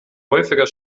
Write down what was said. häufiger